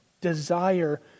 desire